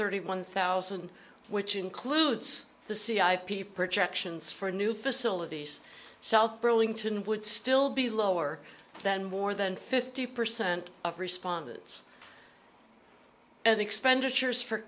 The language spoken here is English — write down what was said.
thirty one thousand which includes the c i p projections for new facilities south burlington would still be lower than more than fifty percent of respondents and expenditures